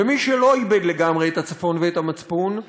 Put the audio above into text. ומי שלא איבד לגמרי את הצפון ואת המצפון,